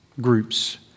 groups